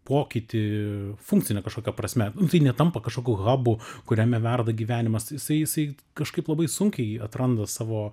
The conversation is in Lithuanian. pokytį funkcine kažkokia prasme tai netampa kažkokiu habu kuriame verda gyvenimas jisai jisai kažkaip labai sunkiai atranda savo